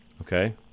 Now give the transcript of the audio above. okay